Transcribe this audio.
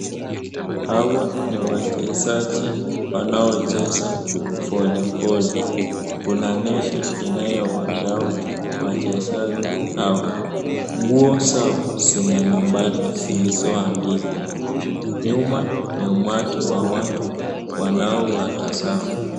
Hawa ni wachezaji ambao wanaocheza polepoli , Kuna neti inayowagawa wachezaji hawa, nguo zao zina nambari zilizoandikwa nyuma ni umati wa watu wanaowatazama.